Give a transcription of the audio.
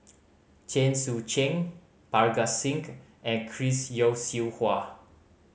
Chen Sucheng Parga Singh and Chris Yeo Siew Hua